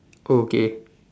okay